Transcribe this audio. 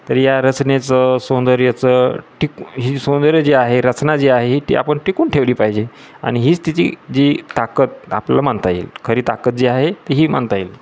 तर या रचनेचं सौंदर्याचं टिक ही सौंदर्य जी आहे रचना जी आहे ती आपण टिकवून ठेवली पाहिजे आणि हीच तिची जी ताकत आपल्याला मानता येईल खरी ताकत जी आहे ती ही मानता येईल